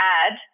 add